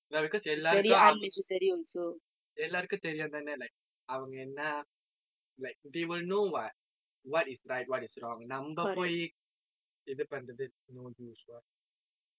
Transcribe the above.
ya because எல்லாருக்கும் அவங்க எல்லாருக்கும் தெரியும் தானே:ellaarrukkum avanga ellaarukkum theriyum thaane like அவங்க என்ன:avnga enna like they will know what what is right what is wrong நம்ம போய் இது பண்றது:namma poi ithu pandrathu it's no use what